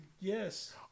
Yes